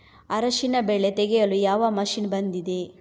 ಅರಿಶಿನ ಬೆಳೆ ತೆಗೆಯಲು ಯಾವ ಮಷೀನ್ ಬಂದಿದೆ?